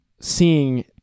seeing